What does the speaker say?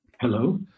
Hello